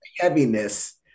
heaviness